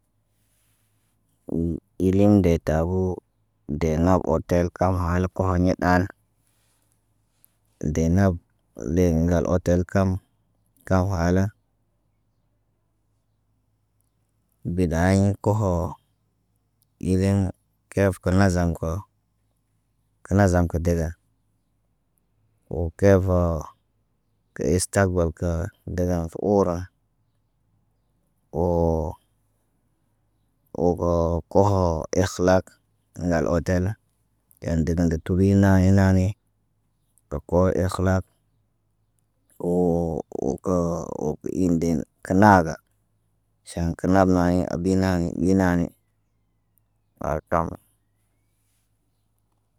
Ileŋg de taboo dee nab otel kam hal koɲe ɗal. Dee nab ŋgal otel kam, kam hala. Bida aɲ koho. Ilen kef kə nazam ko kə nazam kə dega. Woo keff tə istagbal kə dagan tu ura. Woo, woo ɓo koho ik lak ŋgal otel na, en degen de tubi naɲi naani. Də ko ikhlak woo, deyin ki naaga.